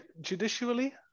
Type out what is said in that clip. judicially